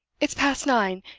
it's past nine!